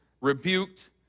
rebuked